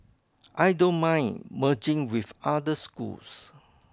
I don't mind merging with other schools